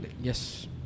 Yes